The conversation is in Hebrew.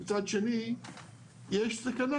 מצד שני יש סכנה,